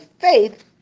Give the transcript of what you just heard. faith